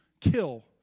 kill